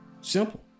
Simple